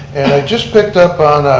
and i just picked up